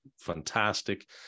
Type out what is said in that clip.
fantastic